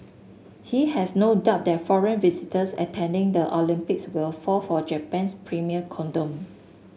he has no doubt that foreign visitors attending the Olympics will fall for Japan's premium condom